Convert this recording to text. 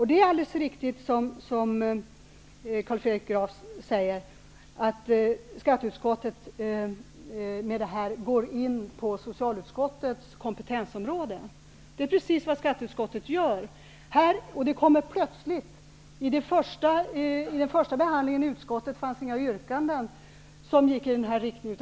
Det är alldeles riktigt, som Carl Fredrik Graf säger, att skatteutskottet går in på socialutskottets kompetensområde. Och det kommer plötsligt. Vid den första behandlingen i utskottet fanns inga yrkanden i den riktningen.